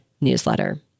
newsletter